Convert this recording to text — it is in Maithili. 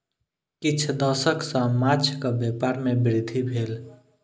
किछ दशक सॅ माँछक व्यापार में वृद्धि भेल